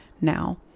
now